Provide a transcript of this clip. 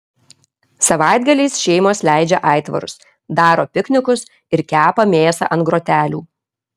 savaitgaliais šeimos leidžia aitvarus daro piknikus ir kepa mėsą ant grotelių